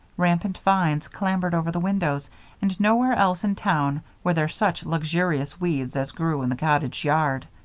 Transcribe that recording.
rampant vines clambered over the windows and nowhere else in town were there such luxurious weeds as grew in the cottage yard.